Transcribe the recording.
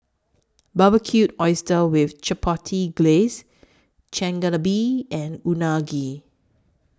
Barbecued Oysters with Chipotle Glaze Chigenabe and Unagi